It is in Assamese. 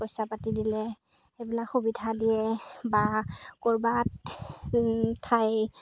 পইচা পাতি দিলে সেইবিলাক সুবিধা দিয়ে বা ক'ৰবাত ঠাই